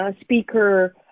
speaker